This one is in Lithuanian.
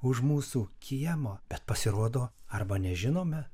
už mūsų kiemo bet pasirodo arba nežinome